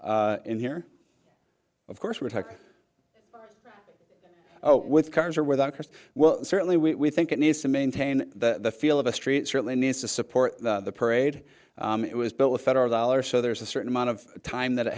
in here of course we're talking oh with cars or without cars well certainly we think it needs to maintain the feel of a street certainly needs to support the parade it was built with federal dollars so there's a certain amount of time that it